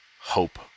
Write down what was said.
hope